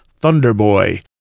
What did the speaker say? Thunderboy